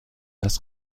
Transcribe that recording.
das